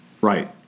Right